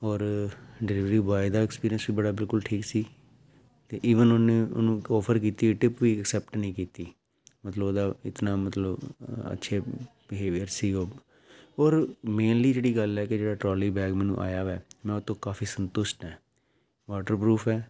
ਔਰ delivery boy ਦਾ experience ਵੀ ਬੜਾ ਬਿਲਕੁਲ ਠੀਕ ਸੀ ਅਤੇ ਈਵਨ ਉਹਨੇ ਉਹਨੂੰ ਇੱਕ ਔਫਰ ਕੀਤੀ ਟਿਪ ਵੀ ਐਕਸੈਪਟ ਨਹੀਂ ਕੀਤੀ ਮਤਲਬ ਉਹਦਾ ਇਤਨਾ ਮਤਲਬ ਅੱਛੇ ਬਿਹੇਵੀਅਰ ਸੀ ਉਹ ਔਰ ਮੇਨਲੀ ਜਿਹੜੀ ਗੱਲ ਹੈ ਕਿ ਜਿਹੜਾ ਟਰੋਲੀ ਬੈਗ ਮੈਨੂੰ ਆਇਆ ਵਿਆ ਮੈਂ ਉਹਤੋਂ ਕਾਫ਼ੀ ਸੰਤੁਸ਼ਟ ਹੈ ਵਾਟਰ ਪਰੂਫ ਹੈ